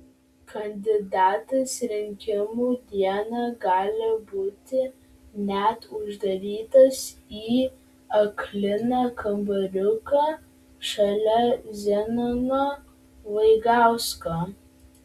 kandidatas rinkimų dieną gali būti net uždarytas į akliną kambariuką šalia zenono vaigausko